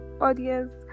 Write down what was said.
audience